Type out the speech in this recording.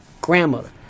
grandmother